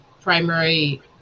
primary